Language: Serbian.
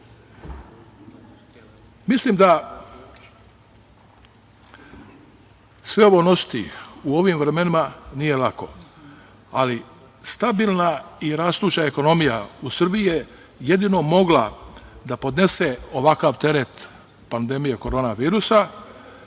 itd. Mislim da sve ovo nositi u ovim vremenima nije lako, ali stabilna i rastuća ekonomija u Srbiji je jedino mogla da podnese ovakav teret pandemije korona virusa